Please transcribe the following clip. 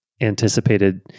anticipated